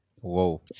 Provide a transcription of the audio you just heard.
Whoa